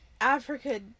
Africa